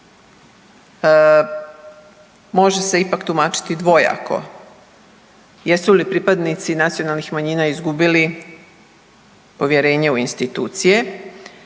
može se ipak tumačiti dvojako, jesu li pripadnici nacionalnih manjina izgubili povjerenje u institucije,